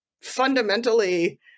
fundamentally